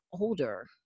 older